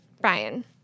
Brian